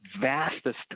vastest